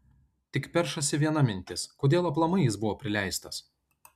tik peršasi viena mintis kodėl aplamai jis buvo prileistas